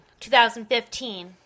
2015